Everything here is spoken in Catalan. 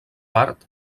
part